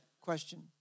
question